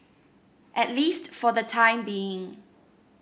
at least for the time being